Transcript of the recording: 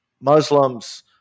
Muslims